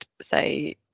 say